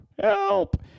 help